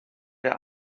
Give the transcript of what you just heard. der